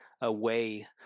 away